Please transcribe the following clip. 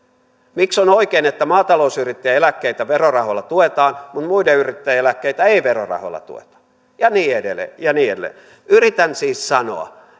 miksi on on oikein että maatalousyrittäjäeläkkeitä verorahoilla tuetaan kun muiden yrittäjien eläkkeitä ei verorahoilla tueta ja niin edelleen ja niin edelleen yritän siis sanoa